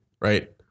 Right